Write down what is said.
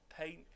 paint